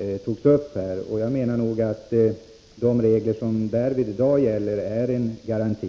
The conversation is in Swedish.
har tagits upp. Jag menar att de regler som gäller i dag är en tillräcklig garanti.